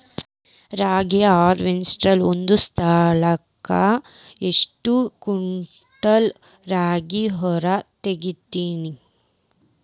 ರಾಗಿಯ ಹಾರ್ವೇಸ್ಟರ್ ಒಂದ್ ಸಲಕ್ಕ ಎಷ್ಟ್ ಕ್ವಿಂಟಾಲ್ ರಾಗಿ ಹೊರ ತೆಗಿತೈತಿ?